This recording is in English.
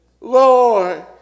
Lord